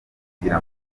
kugira